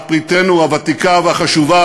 בת-בריתנו הוותיקה והחשובה,